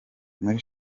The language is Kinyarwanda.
muri